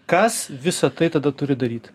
kas visa tai tada turi daryt